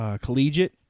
Collegiate